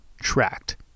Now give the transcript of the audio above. tracked